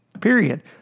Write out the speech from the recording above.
Period